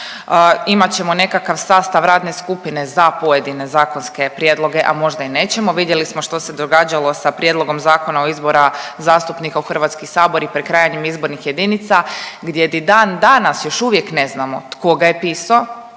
imat ćemo nekakav sastav radne skupine za pojedine zakonske prijedloge, a možda i nećemo. Vidjeli smo što se događalo sa prijedlogom zakona o izbora zastupnika u Hrvatski sabor i prekrajanjem izbornih jedinica gdje ni dan danas još uvijek ne znamo tko ga je pisao.